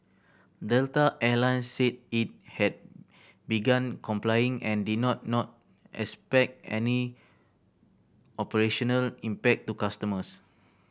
Delta Air Lines said it had begun complying and did not not expect any operational impact to customers